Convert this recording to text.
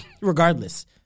Regardless